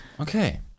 okay